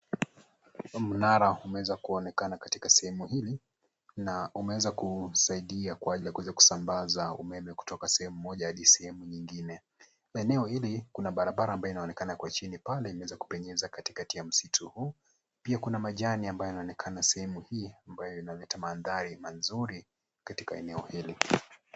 Mnara unaeza kuonekana katika sehemu hili na unaweza kusaidia kwa ajili ya kusambaza umeme kutoka sehemu mmoja hadi ingine. Eneo hili kuna barabara ambayo inaonekana kwa chini pale inaweza kupenyeza katikati ya msitu huu. Pia kuna majani ambayo inaonekana sehemu hii ambayo inaleta mandhari mazuri katika eneo hili.